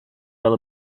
fel